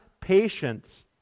patience